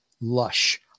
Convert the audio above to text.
lush